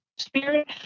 Spirit